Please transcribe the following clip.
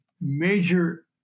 major